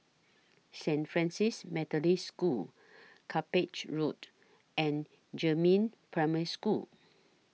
Saint Francis Methodist School Cuppage Road and Jiemin Primary School